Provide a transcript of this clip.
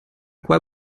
quoi